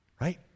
Right